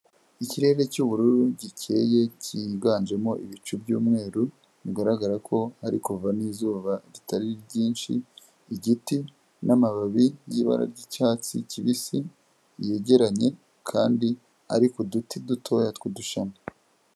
Ikirere cy'ubururu gikeye cyiganjemo ibicu by'umweru bigaragara ko hari kuva n'izuba ritari ryinshi igiti n'amababi y'ibara ry'icyatsi kibisi yegeranye kandi ari ku duti dutoya tw'udushami.